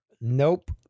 Nope